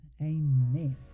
Amen